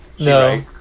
No